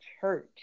church